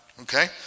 Okay